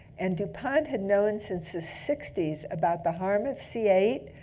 and dupont had known since the sixty s about the harm of c eight.